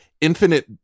infinite